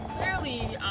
clearly